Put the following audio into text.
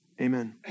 Amen